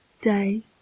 DAY